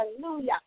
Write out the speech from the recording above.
Hallelujah